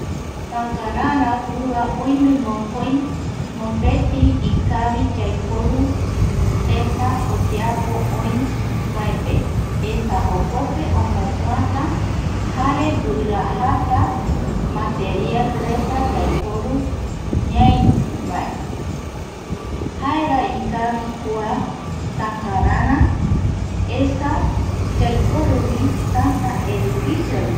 Takarara gruas oime moko, mopeti ikavi yaiporu teta oyeapo oi vae pe esa jokope omopuata, jare guirojirita material reta yaiporu ñaivae jaera ikavi kua takarara, esa yaiporuvi tata edificio rupi